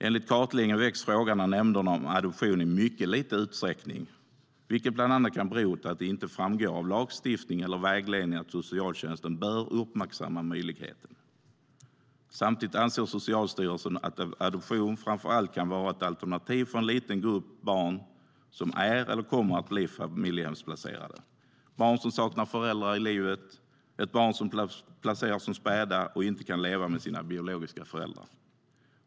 Enligt kartläggningen väcks frågan om adoption av nämnderna i mycket liten utsträckning, vilket bland annat kan bero på att det inte framgår av lagstiftning eller vägledning att socialtjänsten bör uppmärksamma möjligheten. Samtidigt anser Socialstyrelsen att adoption framför allt kan vara ett alternativ för en liten grupp barn som är eller kommer att bli familjehemsplacerade - barn som saknar föräldrar i livet och barn som placeras som späda och inte kan leva med sina biologiska föräldrar.